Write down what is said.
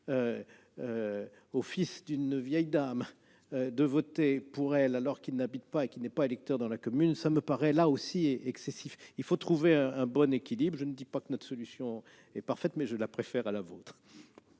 le fils d'une vieille dame de voter pour celle-ci, alors qu'il n'habite pas dans la même commune et n'y est pas électeur, me paraît là aussi excessif. Il faut trouver un bon équilibre. Je ne dis pas que notre solution est parfaite, mais je la préfère à la vôtre.